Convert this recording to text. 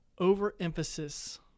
overemphasis